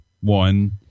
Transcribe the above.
one